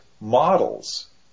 models